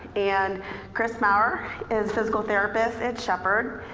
and chris maurer is physical therapist at shepherd